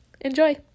enjoy